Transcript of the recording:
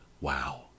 Wow